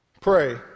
pray